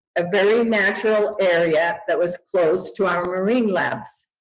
a very natural area that was close to our marine labs.